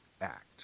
act